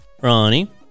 ronnie